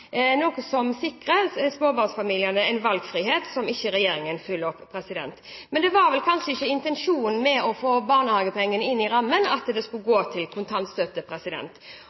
noe som sikrer småbarnsfamiliene en valgfrihet som ikke regjeringen følger opp. Intensjonen med å få barnehagepengene inn i rammen var kanskje ikke at de skulle gå til kontantstøtte.